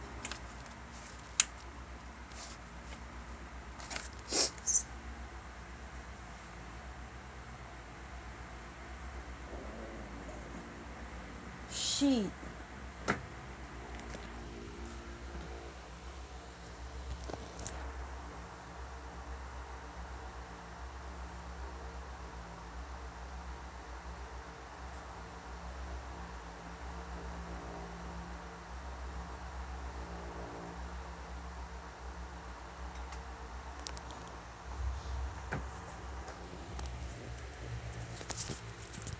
she